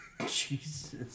Jesus